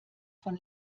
von